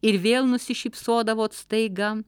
ir vėl nusišypsodavot staiga